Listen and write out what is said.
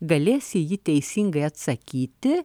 galės į jį teisingai atsakyti